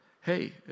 hey